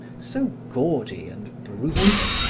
so gaudy and brutal.